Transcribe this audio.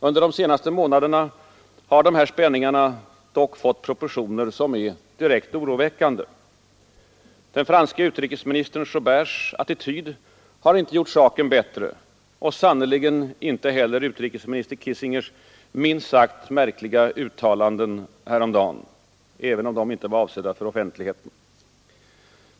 Under de senaste månaderna har de här spänningarna dock fått proportioner som är direkt oroväckande. Den franske utrikesministern Joberts attityd har inte gjort saken bättre, och sannerligen inte heller utrikesminister Kissingers minst sagt märkliga uttalanden häromdagen, även om de inte var avsedda för offentligheten.